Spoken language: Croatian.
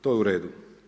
To je u redu.